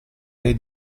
dei